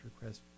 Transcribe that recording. request